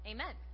Amen